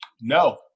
No